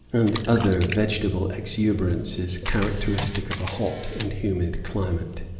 and other vegetable exuberances characteristic of a hot and humid climate,